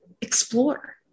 explore